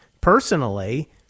personally